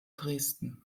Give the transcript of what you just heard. dresden